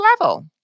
level